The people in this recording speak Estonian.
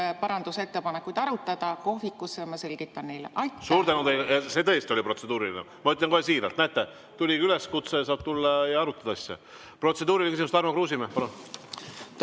parandusettepanekuid arutada, kohvikusse ja ma selgitan neile. ...